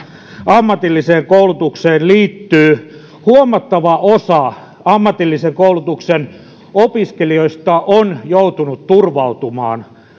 ammatilliseen koulutukseen liittyy huomattava osa ammatillisen koulutuksen opiskelijoista on joutunut turvautumaan